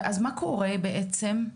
ואז מה קורה בעצם?